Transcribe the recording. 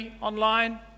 online